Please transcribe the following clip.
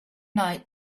night